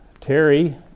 Terry